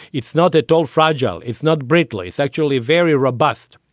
it's not at all fragile. it's not broadly. it's actually very robust.